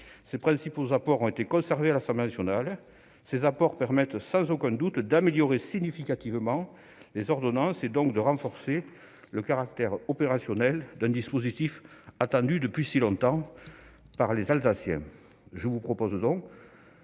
ses principaux apports ayant été conservés par l'Assemblée nationale. Ces apports permettent sans aucun doute d'améliorer significativement les ordonnances, et donc de renforcer le caractère opérationnel d'un dispositif attendu depuis longtemps par les Alsaciens. Je vous propose donc,